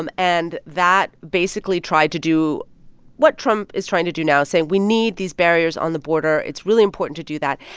um and that, basically, tried to do what trump is trying to do now, saying we need these barriers on the border. it's really important to do that.